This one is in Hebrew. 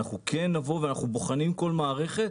אנחנו נבוא ואנחנו בוחנים כל מערכת.